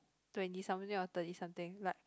twenty something or thirty something like